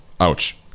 ouch